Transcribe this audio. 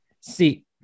see